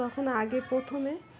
তখন আগে প্রথমে